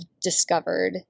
discovered